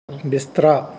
ਬਿਸਤਰਾ